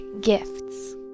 gifts